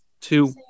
two